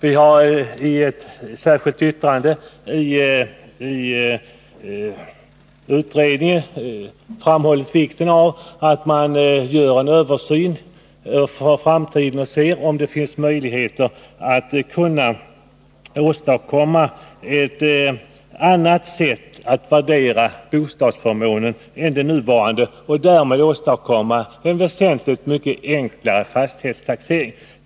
Vi har i ett särskilt yttrande i utredningen framhållit vikten av att man gör en översyn för framtiden för att se om det finns möjligheter att åstadkomma ett annat sätt att värdera bostadsförmånen än det nuvarande och därmed åstadkomma en väsentligt mycket enklare fastighetstaxering.